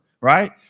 Right